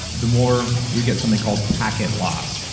the more you get something called packet loss.